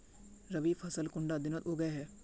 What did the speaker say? रवि फसल कुंडा दिनोत उगैहे?